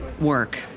work